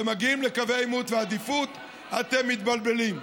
כשאתם מגיעים לקווי העימות והעדיפות אתם מתבלבלים.